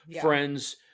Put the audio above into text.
friends